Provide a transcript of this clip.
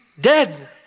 dead